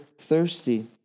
thirsty